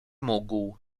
mógł